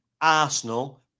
Arsenal